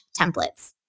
templates